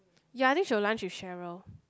ya then she will lunch with Cheryl